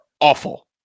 awful